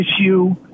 issue